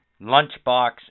lunchbox